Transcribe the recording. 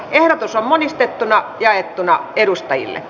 ehdotus on monistettuna jaettu edustajille